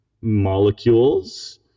molecules